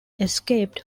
escaped